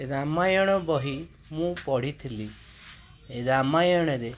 ରାମାୟଣ ବହି ମୁଁ ପଢ଼ିଥିଲି ରାମାୟଣରେ